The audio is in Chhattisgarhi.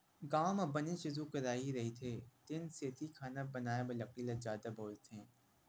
गाँव म बनेच रूख राई रहिथे तेन सेती खाना बनाए बर लकड़ी ल जादा बउरथे